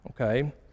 Okay